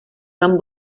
van